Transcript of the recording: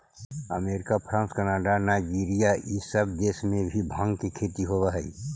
America, France, Canada, Nigeria इ सब देश में भी भाँग के खेती होवऽ हई